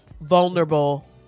vulnerable